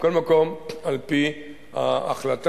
מכל מקום, על-פי ההחלטה,